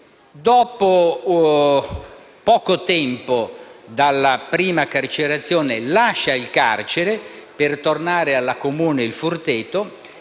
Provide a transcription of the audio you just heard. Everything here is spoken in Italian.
dopo poco tempo dalla prima carcerazione, lascia il carcere per tornare alla comunità Il Forteto;